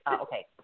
okay